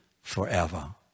forever